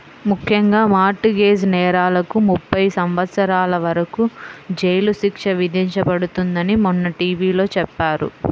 ముఖ్యంగా mortgage నేరాలకు ముప్పై సంవత్సరాల వరకు జైలు శిక్ష విధించబడుతుందని మొన్న టీ.వీ లో చెప్పారు